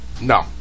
No